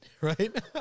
right